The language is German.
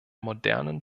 modernen